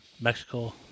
Mexico